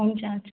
हुन्छ हुन्छ